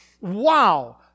Wow